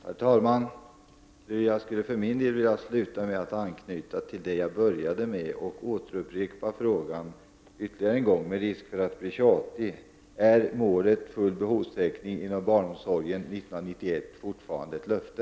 Herr talman! Jag skulle vilja sluta med att anknyta till det jag började med. Jag upprepar min fråga ytterligare en gång med risk för att verka tjatig. Är målet full behovstäckning inom barnomsorgen 1991 fortfarande ett löfte?